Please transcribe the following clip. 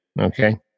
okay